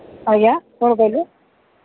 ଆଜ୍ଞା କ'ଣ କହିଲେ